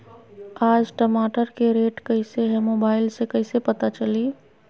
आज टमाटर के रेट कईसे हैं मोबाईल से कईसे पता चली?